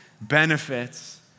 benefits